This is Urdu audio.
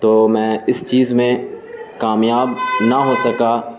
تو میں اس چیز میں کامیاب نہ ہو سکا